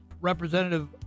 Representative